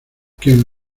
quien